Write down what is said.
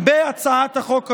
בהצעת החוק הזו.